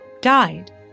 died